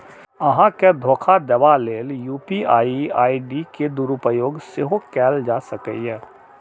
अहां के धोखा देबा लेल यू.पी.आई आई.डी के दुरुपयोग सेहो कैल जा सकैए